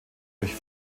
durch